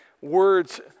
Words